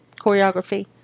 choreography